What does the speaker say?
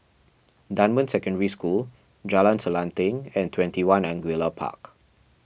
Dunman Secondary School Jalan Selanting and twenty one Angullia Park